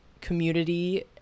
community